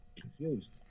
confused